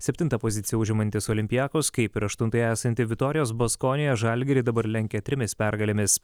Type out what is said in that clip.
septintą poziciją užimantis olympiakos kaip ir aštuntoje esanti vitorijos baskonia žalgirį dabar lenkia trimis pergalėmis